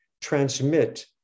transmit